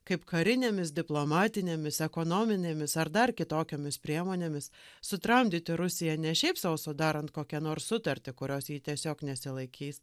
kaip karinėmis diplomatinėmis ekonominėmis ar dar kitokiomis priemonėmis sutramdyti rusiją ne šiaip sau sudarant kokią nors sutartį kurios ji tiesiog nesilaikys